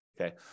Okay